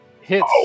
Hits